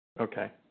Okay